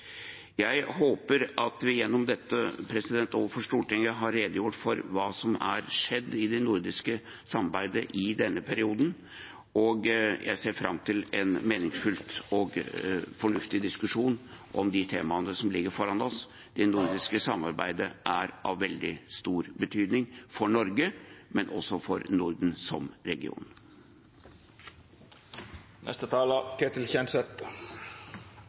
Jeg håper at vi gjennom dette overfor Stortinget har redegjort for hva som har skjedd i det nordiske samarbeidet i denne perioden, og jeg ser fram til en meningsfylt og fornuftig diskusjon om de temaene som ligger foran oss. Det nordiske samarbeidet er av veldig stor betydning for Norge og for Norden som